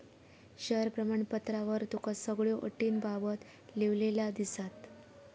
share प्रमाणपत्रावर तुका सगळ्यो अटींबाबत लिव्हलेला दिसात